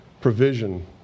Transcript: provision